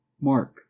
Mark